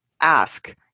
ask